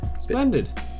Splendid